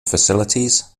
facilities